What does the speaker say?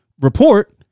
report